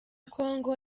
congo